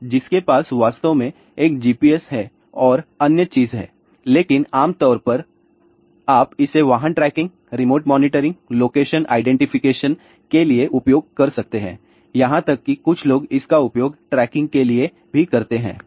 तो जिसके पास वास्तव में एक GPS है और अन्य चीज है लेकिन आमतौर पर आप इसे वाहन tracking remote monitoring location identification के लिए उपयोग कर सकते हैं यहां तक कि कुछ लोग इसका उपयोग ट्रैकिंग के लिए भी करते हैं